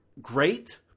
great